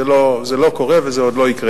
זה עוד לא קורה וזה לא יקרה.